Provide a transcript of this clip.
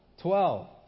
Twelve